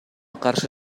каршы